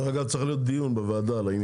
דרך אגב, צריך להיות דיון בוועדה על העניין הזה.